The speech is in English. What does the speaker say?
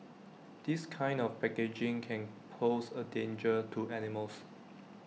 this kind of packaging can pose A danger to animals